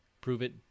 prove-it